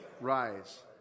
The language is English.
rise